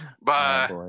Bye